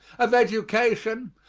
of education,